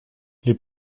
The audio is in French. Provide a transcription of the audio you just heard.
les